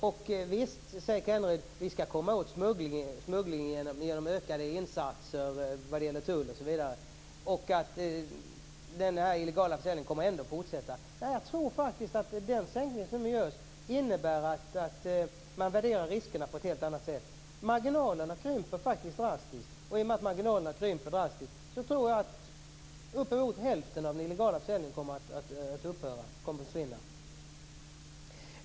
Rolf Kenneryd säger att vi skall komma åt smugglingen genom ökade insatser från tullen men att den illegala försäljningen ändå kommer att fortsätta. Jag tror faktiskt att den sänkning som nu sker innebär att man värderar riskerna på ett helt annat sätt. Marginalerna krymper faktiskt drastiskt. Och i och med att marginalerna drastiskt krymper tror jag att uppemot hälften av den illegala försäljningen kommer att upphöra.